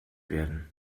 werden